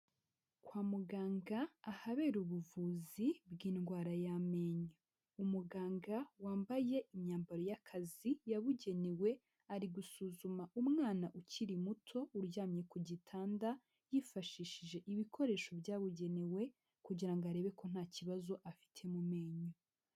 Kwa muganga ahabera ubuvuzi bw'indwara y'amenyo, umuganga wambaye imyambaro y'akazi yabugenewe ari gusuzuma umwana ukiri muto uryamye ku gitanda, yifashishije ibikoresho byabugenewe kugira ngo arebe ko nta kibazo afite mu menyo.